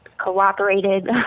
cooperated